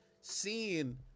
seeing